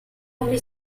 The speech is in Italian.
come